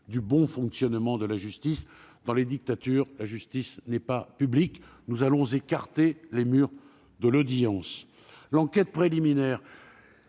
du bon fonctionnement de la justice. Dans les dictatures, la justice n'est pas publique. Nous allons écarter les murs de l'audience. J'en viens à l'enquête préliminaire.